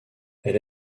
elle